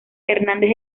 hernández